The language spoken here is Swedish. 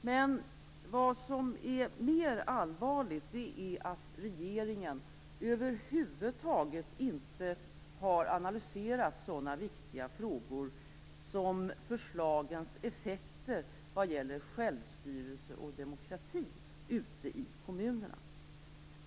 Men vad som är mer allvarligt är att regeringen över huvud taget inte har analyserat sådana viktiga frågor som förslagens effekter vad gäller självstyrelse och demokrati ute i kommunerna.